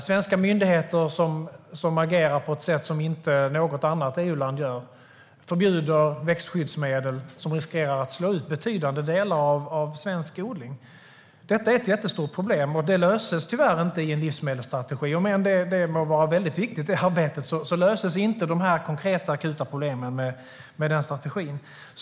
Svenska myndigheter agerar på ett sätt som inte något annat EU-land gör och förbjuder växtskyddsmedel, vilket riskerar att slå ut betydande delar av svensk odling. Det är ett jättestort problem, och det löses tyvärr inte i en livsmedelsstrategi. Om än detta arbete må vara viktigt löses inte de konkreta och akuta problemen med denna strategi.